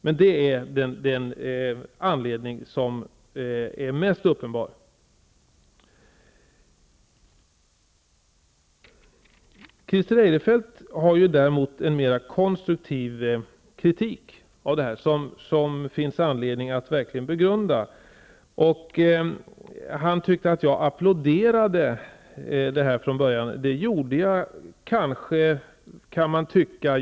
Christer Eirefelt har däremot framfört en mera konstruktiv kritik som det verkligen finns anledning att begrunda. Han tyckte att jag applåderade den här affären från början. Det gjorde jag kanske, kan man tycka.